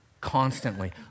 constantly